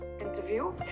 interview